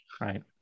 Right